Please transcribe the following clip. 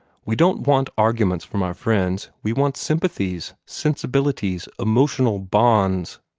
we don't want arguments from our friends we want sympathies, sensibilities, emotional bonds.